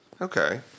Okay